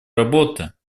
работа